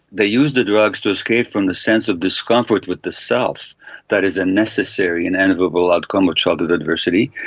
they use the drugs to escape from the sense of discomfort with the self that is a necessary and unavoidable outcome with childhood adversity.